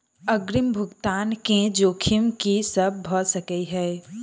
अग्रिम भुगतान केँ जोखिम की सब भऽ सकै हय?